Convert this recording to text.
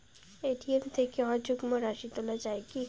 ATM থেকে অযুগ্ম রাশি তোলা য়ায় কি?